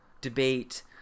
debate